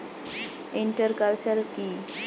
Inter culture কি?